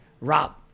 Rob